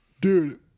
Dude